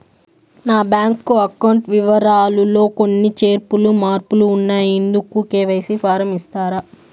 నా bank account వివరాలు లో కొన్ని చేర్పులు మార్పులు ఉన్నాయి, ఇందుకు కె.వై.సి ఫారం ఇస్తారా?